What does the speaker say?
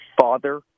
father